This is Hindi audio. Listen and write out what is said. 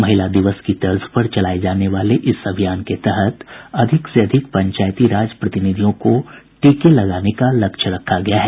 महिला दिवस की तर्ज पर चलाये जाने वाले इस अभियान के तहत अधिक से अधिक पंचायती राज प्रतिनिधियो को टीका लगाने का लक्ष्य रखा गया है